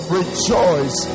rejoice